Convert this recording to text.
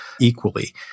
equally